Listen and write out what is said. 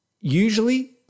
usually